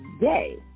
day